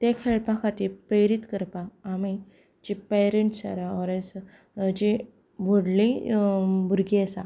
ते खेळपा खाती प्रेरीत करपा आमी जीं पॅरंट्स ऑर एल्स जे वोडलीं भुरगीं आसा